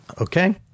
okay